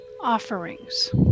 offerings